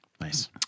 Nice